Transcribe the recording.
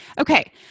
Okay